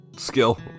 Skill